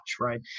Right